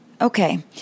Okay